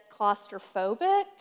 claustrophobic